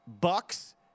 bucks